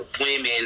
women